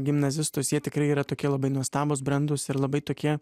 gimnazistus jie tikrai yra tokie labai nuostabūs brandūs ir labai tokie